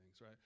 right